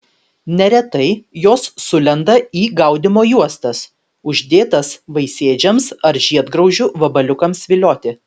neretai jos sulenda į gaudymo juostas uždėtas vaisėdžiams ar žiedgraužių vabaliukams vilioti